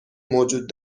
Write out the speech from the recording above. موجود